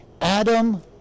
Adam